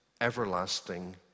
everlasting